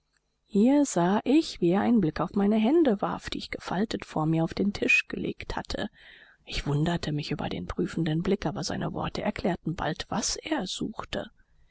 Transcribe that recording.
hier sah ich wie er einen blick auf meine hände warf die ich gefaltet vor mir auf den tisch gelegt hatte ich wunderte mich über den prüfenden blick aber seine worte erklärten bald was er suchte